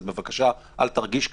אז בבקשה אל תרגיש ככה,